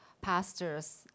pastors